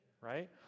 right